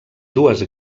dues